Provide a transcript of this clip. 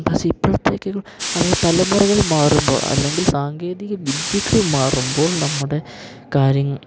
പക്ഷേ ഇപ്പോഴത്തേക്ക് ഒരു അതായത് തലമുറകൾ മാറുമ്പോൾ അല്ലെങ്കിൽ സാങ്കേതിക വിദ്യകൾ മാറുമ്പോൾ നമ്മുടെ കാര്യം